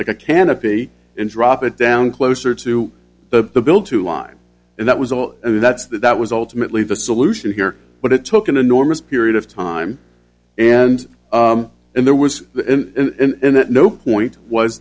like a canopy and drop it down closer to the bill to line and that was all and that's that that was ultimately the solution here but it took an enormous period of time and and there was the end at no point was